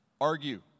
argue